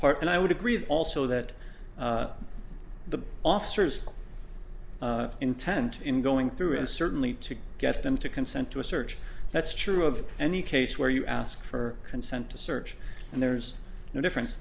part and i would agree also that the officers intent in going through and certainly to get them to consent to a search that's true of any case where you ask for consent to search and there's no difference